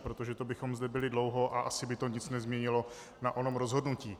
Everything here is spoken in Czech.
Protože to bychom zde byli dlouho a asi by to nic nezměnilo na onom rozhodnutí.